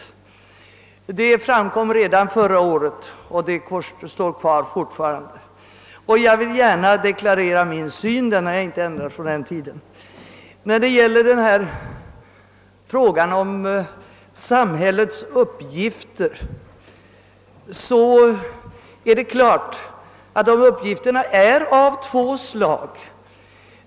Det framgick som sagt redan av debatten förra året och det gäller fortfarande. Jag vill deklarera min syn på frågan. Den har inte ändrats sedan dess. I fråga om samhällets uppgifter är det klart att dessa är av två slag.